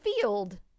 field